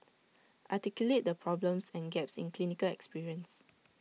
articulate the problems and gaps in clinical experience